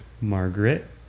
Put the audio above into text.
Margaret